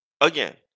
again